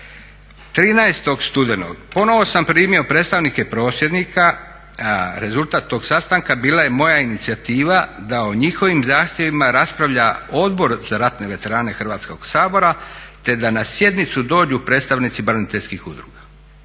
13. studenog ponovno sam primio predstavnike prosvjednika, rezultat tog sastanka bila je moja inicijativa da o njihovim zahtjevima raspravlja Odbor za ratne veterane Hrvatskog sabora te da na sjednicu dođu predstavnici braniteljskih udruga.